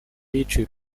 yiciye